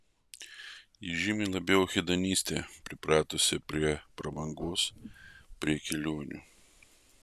ji žymiai labiau hedonistinė pripratusi prie prabangos prie kelionių